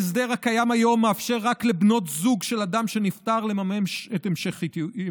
ההסדר הקיים היום מאפשר רק לבנות זוג של אדם שנפטר לממש את המשכיותו,